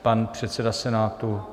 Pan předseda Senátu?